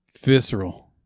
Visceral